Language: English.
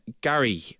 Gary